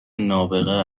نابغه